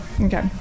Okay